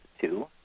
two